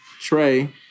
Trey